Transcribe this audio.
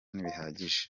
ntibihagije